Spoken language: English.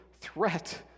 threat